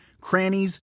crannies